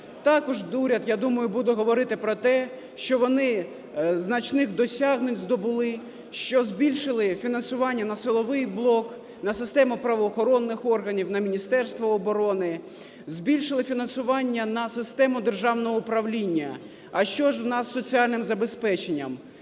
Також уряд, я думаю, буде говорити про те, що вони значних досягнень здобули, що збільшили фінансування на силовий блок, на систему правоохоронних органів, на Міністерство оборони, збільшили фінансування на систему державного управління. А що ж у нас із соціальним забезпеченням?